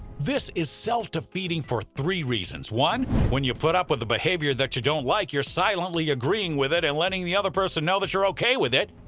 this is self-defeating for three reasons. when you put up with behavior that you don't like, you're silently agreeing with it and letting the other person know that you're ok with it.